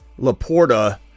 Laporta